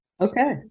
okay